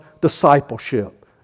discipleship